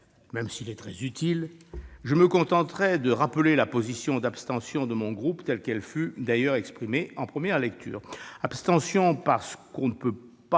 bien qu'il soit très utile, je me contenterai de rappeler la position d'abstention de mon groupe, telle qu'elle fut d'ailleurs exprimée en première lecture.